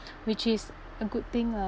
which is a good thing lah